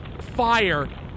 fire